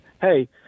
hey